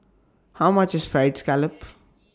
How much IS Fried Scallop